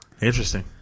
Interesting